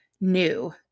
new